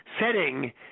setting